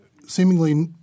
seemingly –